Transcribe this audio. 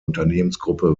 unternehmensgruppe